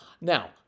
Now